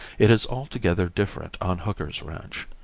it is altogether different on hooker's ranch.